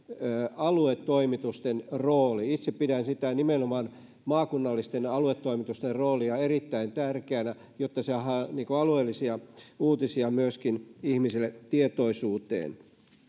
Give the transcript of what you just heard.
aluetoimitusten rooli itse pidän nimenomaan maakunnallisten aluetoimitusten roolia erittäin tärkeänä jotta saadaan alueellisia uutisia myöskin ihmisille tietoisuuteen